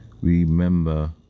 Remember